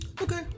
Okay